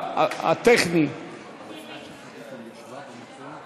חברי הכנסת יצחק הרצוג,